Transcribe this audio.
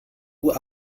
uhr